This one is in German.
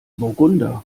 burgunder